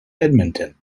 edmonton